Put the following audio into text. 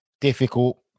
Difficult